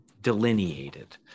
delineated